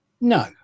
no